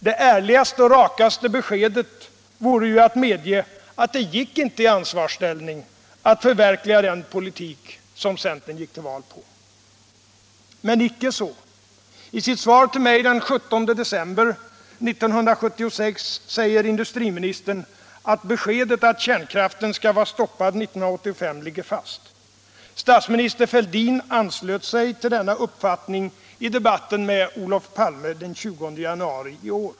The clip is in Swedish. Det ärligaste och rakaste beskedet vore ju att medge att det gick inte i ansvarsställning att förverkliga den politik som centern gick till val på. Men icke så. I sitt svar till mig den 17 december 1976 säger industriministern att beskedet att kärnkraften skall vara stoppad 1985 ligger fast. Statsminister Fälldin anslöt sig till denna uppfattning i debatten med Olof Palme den 20 januari i år.